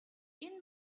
энэ